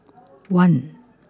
one